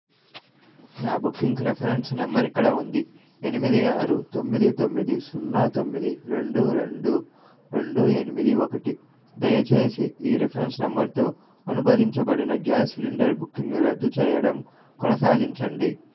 నా booking reference number ఇక్కడ ఉంది ఎనిమిది ఆరు తొమ్మిది తొమ్మిది సున్నా తొమ్మిది రెండు రెండు రెండు ఎనిమిది ఒకటి దయచేసి ఈ రిఫరెన్స్ నంబర్తో అనుబంధించబడిన గ్యాస్ సిలిండర్ బుకింగ్ రద్దు చేయడం కొనసాగించండి